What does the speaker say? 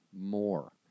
more